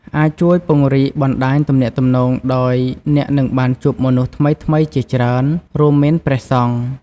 អាចជួយពង្រីកបណ្ដាញទំនាក់ទំនងដោយ អ្នកនឹងបានជួបមនុស្សថ្មីៗជាច្រើន រួមមានព្រះសង្ឃ ។